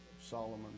Solomon